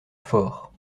forts